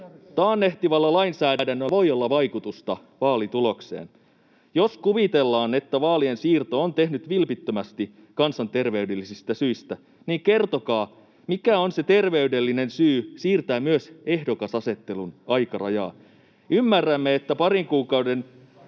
Taannehtivalla lainsäädännöllä voi olla vaikutusta vaalitulokseen. Jos kuvitellaan, että vaalien siirto on tehty vilpittömästi kansanterveydellisistä syistä, niin kertokaa, mikä on se terveydellinen syy siirtää myös ehdokasasettelun aikarajaa. Ymmärrämme, että parin kuukauden